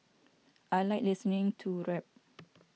I like listening to rap